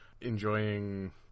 enjoying